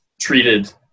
treated